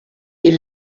est